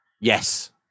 Yes